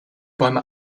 bäume